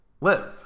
live